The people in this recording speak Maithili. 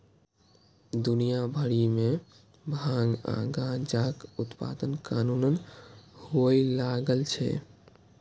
दुनिया भरि मे भांग आ गांजाक उत्पादन कानूनन हुअय लागल छै